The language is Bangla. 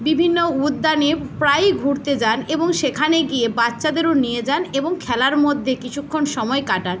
বিভিন্ন উদ্যানে প্রায়ই ঘুরতে যান এবং সেখানে গিয়ে বাচ্চাদেরও নিয়ে যান এবং খেলার মধ্যে কিছুক্ষণ সময় কাটান